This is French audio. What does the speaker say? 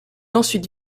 ensuite